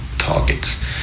targets